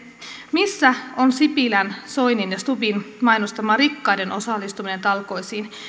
missä on sipilän soinin ja stubbin mainostama rikkaiden osallistuminen talkoisiin